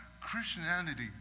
Christianity